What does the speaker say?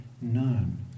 known